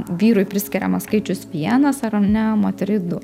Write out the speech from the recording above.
vyrui priskiriamas skaičius vienas ar ne moteriai du